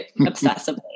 obsessively